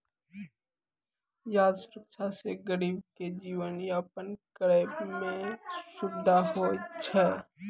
खाद सुरक्षा से गरीब के जीवन यापन करै मे सुविधा होय छै